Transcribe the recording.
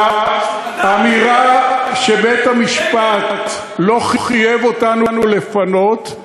האמירה שבית-המשפט לא חייב אותנו לפנות,